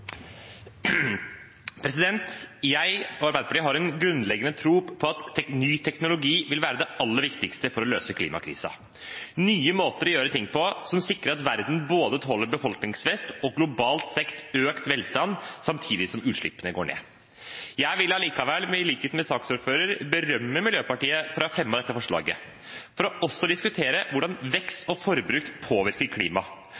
Arbeiderpartiet har en grunnleggende tro på at ny teknologi vil være det aller viktigste for å løse klimakrisen – nye måter å gjøre ting på som sikrer at verden tåler både befolkningsvekst og globalt sett økt velstand, samtidig som utslippene går ned. Jeg vil likevel, i likhet med saksordføreren, berømme Miljøpartiet De Grønne for å ha fremmet dette forslaget, også for å diskutere hvordan vekst og forbruk påvirker klimaet,